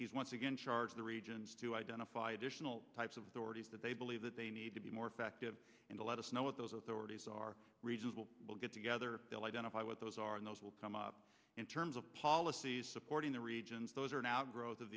he's once again charged the regions to identify additional types of dorothy's that they believe that they need to be more effective and to let us know what those authorities are reasonable we'll get together they'll identify what those are and those will come up in terms of policies supporting the regions those are an outgrowth of